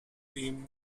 seem